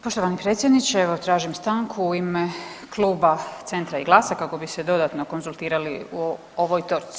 Poštovani predsjedniče, evo tražim stanku u ime Kluba Centra i GLAS-a kako bi se dodatno konzultirali o ovoj točci.